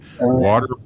water